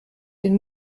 den